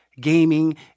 gaming